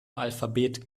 alphabet